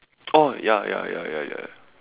oh ya ya ya ya ya